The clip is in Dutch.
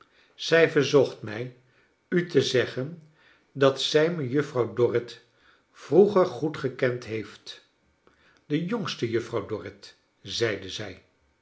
zij verzocht mij u te zeggen dat zij mejuffrouw dorrit vroeger goed gekend heeft de jongste juffrouw dorrit zeide zij